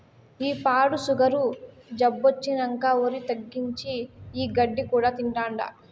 ఈ పాడు సుగరు జబ్బొచ్చినంకా ఒరి తగ్గించి, ఈ గడ్డి కూడా తింటాండా